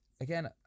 Again